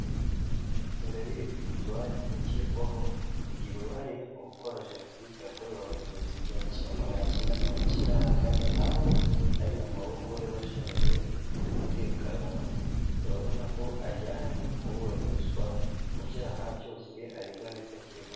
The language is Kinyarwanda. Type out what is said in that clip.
Ingabire Victoire ukekwaho kugira uruhare mu gukora Jenoside yakorewe abatutsi, igihumbi kimwe maganacyenda mirongo icyenda na kane, aho ari mu maboko y'abashinzwe umutekano, urabona ko ajyanywe kuburanishwa mu byaha byose aregwa ndetse akekwaho.